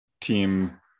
team